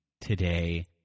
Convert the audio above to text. today